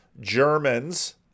Germans